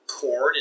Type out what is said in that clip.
corn